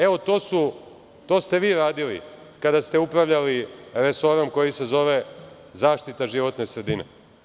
Evo, to ste vi radili kada ste upravljali resorom koji se zove zaštita životne sredine.